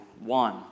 One